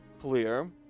clear